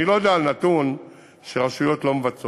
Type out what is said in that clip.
אני לא יודע על נתון שהרשויות לא מבצעות.